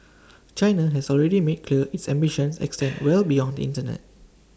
China has already made clear its ambitions extend well beyond the Internet